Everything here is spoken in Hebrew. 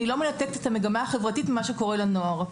אני לא מנתקת את המגמה החברתית ממה שקורה לנוער.